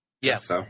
Yes